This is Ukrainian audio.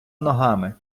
ногами